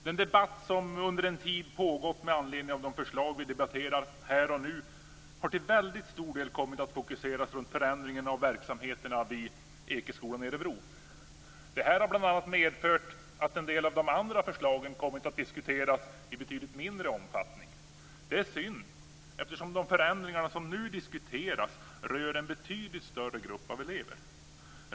Den debatt som under en tid har pågått med anledning av de förslag som vi debatterar här och nu har till väldigt stor del kommit att fokuseras runt förändringen av verksamheten vid Ekeskolan i Örebro. Det här har bl.a. medfört att en del av de andra förslagen har kommit att diskuteras i betydligt mindre omfattning. Det är synd, eftersom de förändringar som nu diskuteras rör en betydligt större grupp av elever.